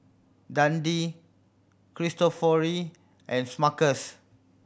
Dundee Cristofori and Smuckers